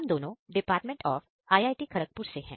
हम दोनों department of I I T Kharagpur से है